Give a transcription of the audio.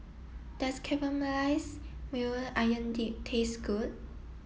does Caramelized Maui Onion Dip taste good